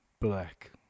black